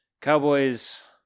Cowboys